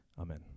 Amen